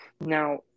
Now